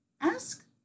ask